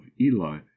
eli